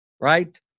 right